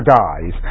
dies